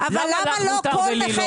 למה אתה רוצה רק הלומי קרב?